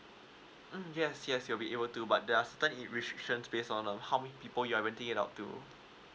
mm yes yes you'll be able to but there are certainly restrictions based on um how many people you are renting it out to